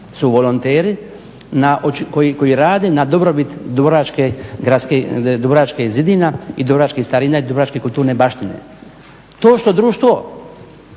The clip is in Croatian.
su volonteri koji rade na dobrobit dubrovačkih zidina i dubrovačkih starina i dubrovačke kulturne baštine. To što društvo